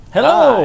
Hello